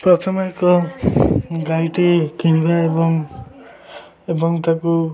ପ୍ରଥମେ ଏକ ଗାଈଟି କିଣିବା ଏବଂ ଏବଂ ତାକୁ